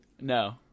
no